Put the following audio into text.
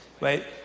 right